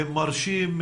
מרשים,